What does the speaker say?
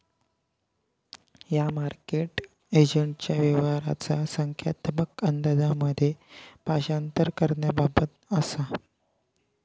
ह्या मार्केट एजंटच्या व्यवहाराचा संख्यात्मक अंदाजांमध्ये भाषांतर करण्याबाबत असा